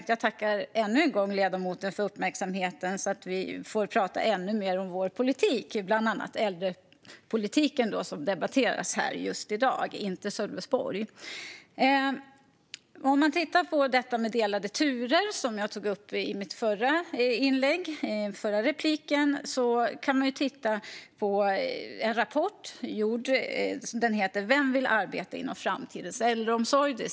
Men jag tackar ledamoten än en gång för uppmärksamheten och att vi får tala om ännu mer om vår politik, bland annat äldrepolitiken - inte Sölvesborg - som debatteras just i dag. I mitt förra inlägg tog jag upp delade turer. Det är säkert fler än jag som har läst rapporten Vem ska arbeta i framtidens äldreomsorg?